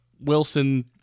Wilson